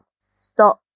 stop